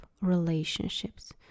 relationships